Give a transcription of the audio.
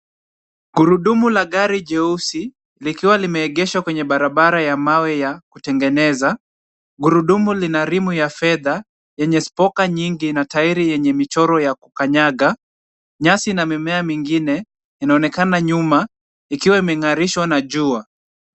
Gurudumu ya gari jeusi, linaonekana limesimama katika mawe ya kutengenezwa. Gurudumu ina rimu ya fedha yenye spoka nyingi na tairi yenye michoro ya kukanyaga. Nyasi na mimea mingine inaonekana nyuma ikiwa imeng'arishwa na jua.